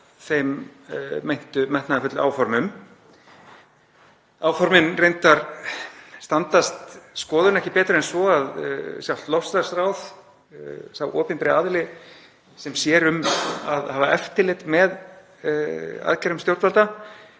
þeim meintu metnaðarfullu áformum. Áformin standast reyndar ekki skoðun betur en svo að sjálft loftslagsráð, sá opinberi aðili sem sér um að hafa eftirlit með aðgerðum stjórnvalda,